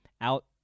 out